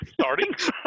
Starting